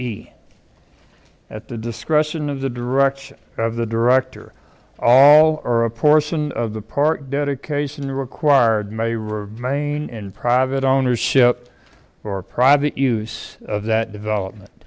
zero at the discretion of the direction of the director all or a portion of the part dedication required may remain in private ownership or private use of that development